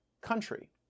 country